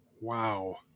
wow